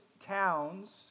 towns